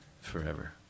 forever